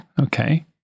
Okay